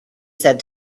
said